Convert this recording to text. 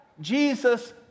Jesus